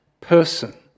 person